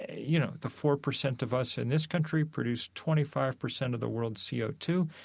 you know, the four percent of us in this country produce twenty five percent of the world's c o two.